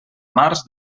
març